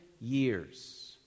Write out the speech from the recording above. years